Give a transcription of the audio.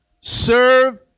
serve